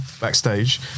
backstage